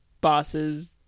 bosses